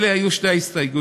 אלה היו שתי ההסתייגויות.